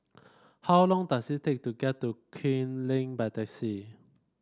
how long does it take to get to Kew Lane by taxi